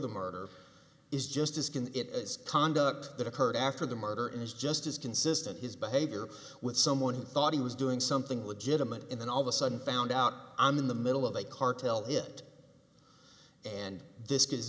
the murder is just as can it as conduct that occurred after the murder and is just as consistent his behavior with someone who thought he was doing something legitimate in an all of a sudden found out i'm in the middle of a cartel hit and this is